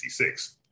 1966